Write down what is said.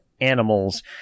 animals